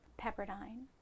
Pepperdine